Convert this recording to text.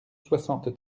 soixante